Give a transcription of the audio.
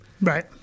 Right